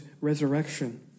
resurrection